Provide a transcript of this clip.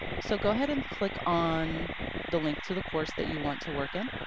so, go ahead and click on the link to the course that you want to work in.